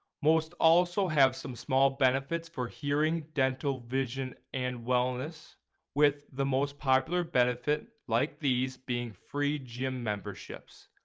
most also have some small benefits for hearing, dental, vision, and wellness with. the most popular benefit like these being free gym memberships.